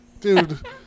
dude